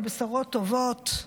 על בשורות טובות.